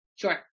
Sure